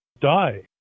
die